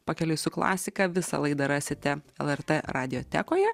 pakeliui su klasika visą laidą rasite lrt radiotekoje